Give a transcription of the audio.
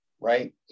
right